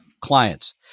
clients